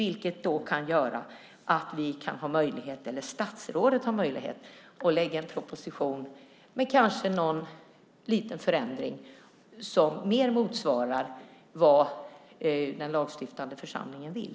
I så fall har vi ju möjlighet att lägga fram en proposition med kanske någon liten förändring som mer motsvarar vad den lagstiftande församlingen vill.